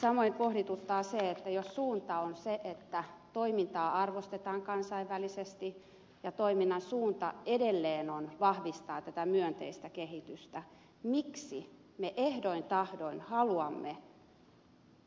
samoin pohdituttaa se että jos suunta on se että toimintaa arvostetaan kansainvälisesti ja toiminnan suunta edelleen on vahvistaa tätä myönteistä kehitystä miksi me ehdoin tahdoin haluamme